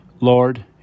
Lord